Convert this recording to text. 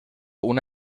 una